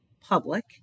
public